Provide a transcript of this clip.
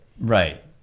Right